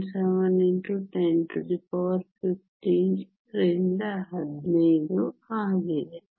17 x 1015 ರಿಂದ 15 ಆಗಿದೆ